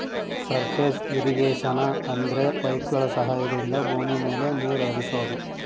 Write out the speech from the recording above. surface irrigation ಅಂದ್ರೆ ಪೈಪ್ಗಳ ಸಹಾಯದಿಂದ ಭೂಮಿ ಮೇಲೆ ನೀರ್ ಹರಿಸೋದು